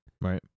Right